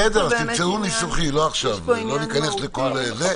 בסדר, אז תמצאו פתרון ניסוחי, לא ניכנס לזה עכשיו.